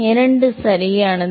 இரண்டு சரியானது